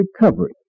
recovery